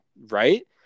Right